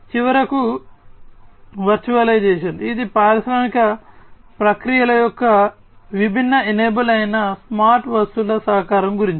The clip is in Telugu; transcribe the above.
చివరకు వర్చువలైజేషన్ ఇది పారిశ్రామిక ప్రక్రియల యొక్క విభిన్న ఎనేబుల్ అయిన స్మార్ట్ వస్తువుల సహకారం గురించి